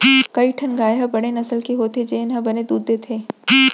कई ठन गाय ह बड़े नसल के होथे जेन ह बने दूद देथे